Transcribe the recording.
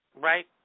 right